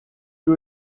que